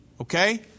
Okay